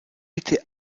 était